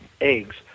eggs